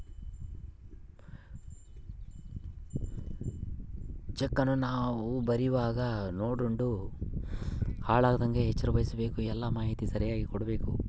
ಚೆಕ್ಕನ್ನ ನಾವು ಬರೀವಾಗ ನೋಡ್ಯಂಡು ಹಾಳಾಗದಂಗ ಎಚ್ಚರ ವಹಿಸ್ಭಕು, ಎಲ್ಲಾ ಮಾಹಿತಿ ಸರಿಯಾಗಿ ಕೊಡ್ಬಕು